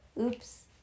Oops